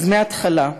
אז מהתחלה: